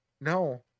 No